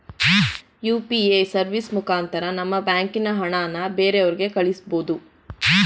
UPA service ಮುಖಾಂತರ ನಮ್ಮ ಬ್ಯಾಂಕಿನ ಹಣನ ಬ್ಯಾರೆವ್ರಿಗೆ ಕಳಿಸ್ಬೋದು